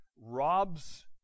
robs